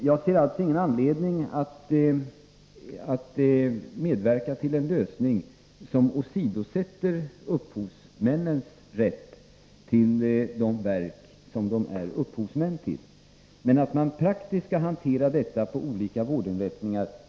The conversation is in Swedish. Jag ser alltså ingen anledning att medverka till en lösning som åsidosätter upphovsmännens rätt till de verk som de är upphovsmän till. Men jag tycker att det är viktigt att man hanterar denna fråga praktiskt på olika vårdinrättningar.